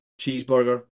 cheeseburger